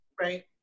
right